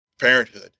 Parenthood